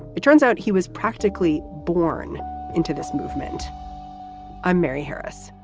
it turns out he was practically born into this movement i'm mary harris.